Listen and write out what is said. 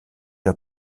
der